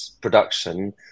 production